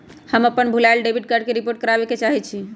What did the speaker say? हम अपन भूलायल डेबिट कार्ड के रिपोर्ट करावे के चाहई छी